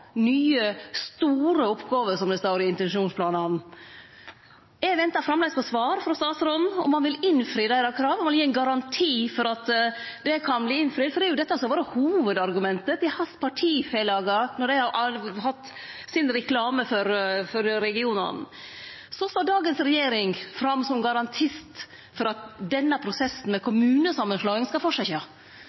nye store oppgåver, som det står i intensjonsplanane. Eg ventar framleis på svar frå statsråden, om han vil innfri deira krav, om han vil gi ein garanti for at det kan verte innfridd, for det er dette som har vore hovudargumentet til partifelagane hans når dei har hatt sin reklame for regionane. Så står dagens regjering fram som garantist for at denne prosessen med kommunesamanslåing skal fortsetje,